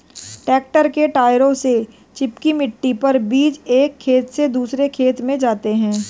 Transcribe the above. tractor के टायरों से चिपकी मिट्टी पर बीज एक खेत से दूसरे खेत में जाते है